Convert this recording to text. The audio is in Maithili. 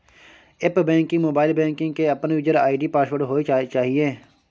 एप्प बैंकिंग, मोबाइल बैंकिंग के अपन यूजर आई.डी पासवर्ड होय चाहिए